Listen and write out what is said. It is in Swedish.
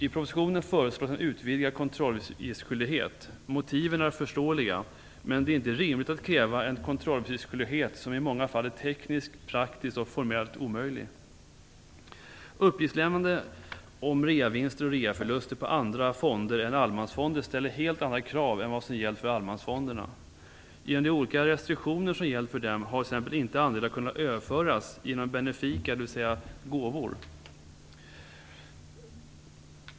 I propositionen föreslås en utvidgad kontrolluppgiftsskyldighet. Motiven är förståeliga, men det är inte rimligt att kräva en kontrolluppgiftsskyldighet som i många fall är tekniskt, praktiskt och formellt omöjlig. Uppgiftslämnande om reavinster och reaförluster på andra fonder än allemansfonder ställer helt andra krav än vad som gällt för allemansfonderna. Genom de olika restriktioner som gällt för dem har t.ex. inte andelar kunnat överföras genom benefika fång, dvs. gåvor.